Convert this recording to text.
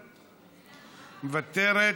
מוותרת,